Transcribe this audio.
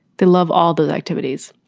they love all the activities.